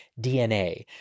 DNA